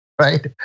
right